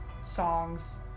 songs